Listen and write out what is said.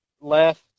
left